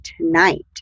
tonight